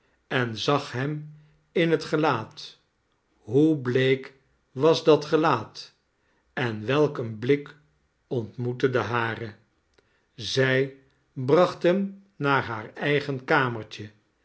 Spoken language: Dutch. en zag hem in het gelaat hoe bleek was dat gelaat en welk een blik ontmoette den haren zij bracht hem naar haar eigen kamertje